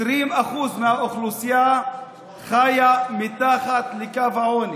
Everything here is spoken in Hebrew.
20% מהאוכלוסייה חיים מתחת לקו העוני,